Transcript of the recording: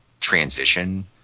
transition